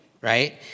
right